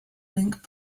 link